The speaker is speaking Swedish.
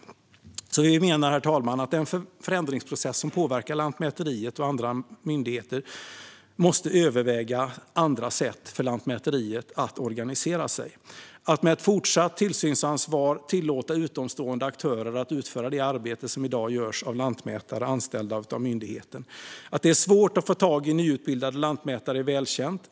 Herr talman! Vi menar att man i den förändringsprocess som påverkar Lantmäteriet, och andra myndigheter, måste överväga andra organiseringssätt, till exempel att med ett fortsatt tillsynsansvar tillåta utomstående aktörer att utföra det arbete som i dag görs av lantmätare anställda av myndigheten. Att det är svårt att få tag i nyutbildade lantmätare är välkänt.